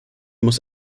muss